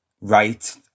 right